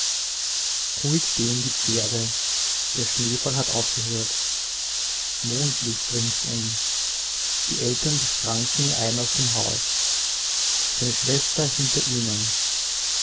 ruhig stehen die pferde der schneefall hat aufgehört mondlicht ringsum die eltern des kranken eilen aus dem haus seine schwester hinter ihnen